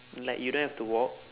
like you don't have to walk